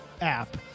app